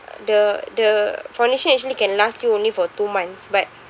the the foundation actually can last you only for two months but